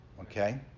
Okay